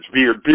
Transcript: beard